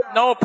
no